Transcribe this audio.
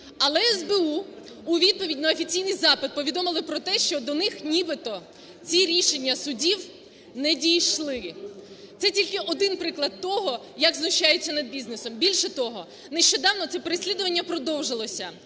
але СБУ у відповідь на офіційний запит повідомили про те, що до них нібито ці рішення судів не дійшли. Це тільки один приклад того як знущаються над бізнесом. Більше того, нещодавно це переслідування продовжилося.